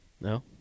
No